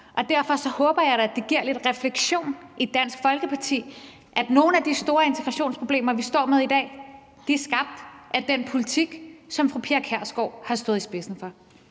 og derfor håber jeg da, at det giver anledning til lidt refleksion i Dansk Folkeparti, at nogle af de store integrationsproblemer, vi står med i dag, er skabt af den politik, som fru Pia Kjærsgaard har stået i spidsen for.